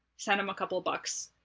send him a couple bucks.